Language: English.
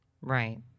Right